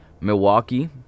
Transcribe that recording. Milwaukee